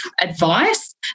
advice